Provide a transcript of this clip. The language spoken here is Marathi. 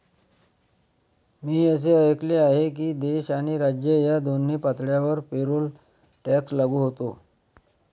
मी असे ऐकले आहे की देश आणि राज्य या दोन्ही पातळ्यांवर पेरोल टॅक्स लागू होतो